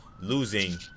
losing